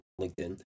LinkedIn